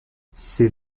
ses